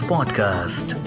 Podcast